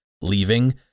leaving